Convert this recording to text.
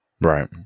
Right